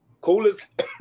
Coolest